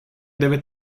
deve